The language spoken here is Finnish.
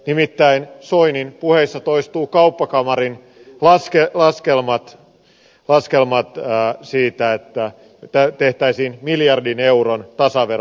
nimittäin soinin puheissa toistuvat kauppakamarin laskelmat siitä että tehtäisiin miljardin euron tasavero